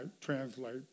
translate